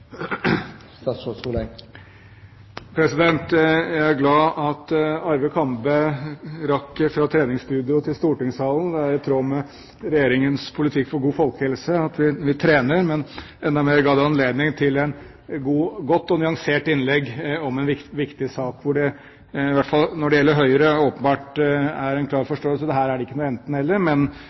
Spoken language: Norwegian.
i tråd med Regjeringens politikk for god folkehelse at vi trener. Jeg er enda mer glad for at han har anledning til å komme med et godt og nyansert innlegg om en viktig sak. Når det gjelder Høyre, er det åpenbart en klar forståelse av at her er det ikke